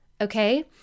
okay